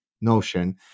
notion